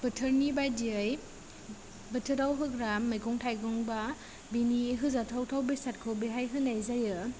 बोथोरनि बायदियै बोथोराव होग्रा मैगं थाइगं बा बेनि होजाथावथाव बेसादखौ बेहाय होनाय जायो